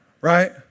Right